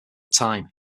time